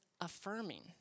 affirming